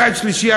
מצד שלישי,